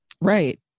Right